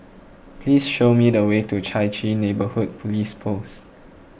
please show me the way to Chai Chee Neighbourhood Police Post